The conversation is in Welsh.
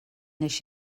nes